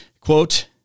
Quote